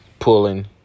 pulling